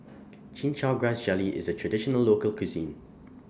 Chin Chow Grass Jelly IS A Traditional Local Cuisine